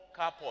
carport